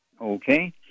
Okay